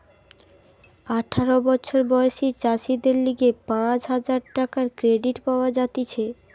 আঠারো বছর বয়সী চাষীদের লিগে পাঁচ হাজার টাকার ক্রেডিট পাওয়া যাতিছে